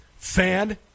Fan